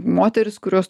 moterys kurios